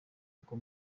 ubwo